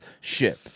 Ship